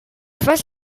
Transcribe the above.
fas